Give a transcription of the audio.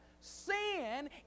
Sin